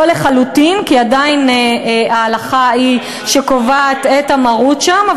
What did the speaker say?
לא לחלוטין כי עדיין ההלכה, מה עם השרעיים?